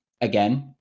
Again